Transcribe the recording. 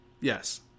Yes